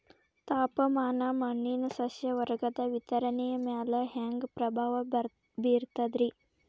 ತಾಪಮಾನ ಮಣ್ಣಿನ ಸಸ್ಯವರ್ಗದ ವಿತರಣೆಯ ಮ್ಯಾಲ ಹ್ಯಾಂಗ ಪ್ರಭಾವ ಬೇರ್ತದ್ರಿ?